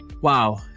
Wow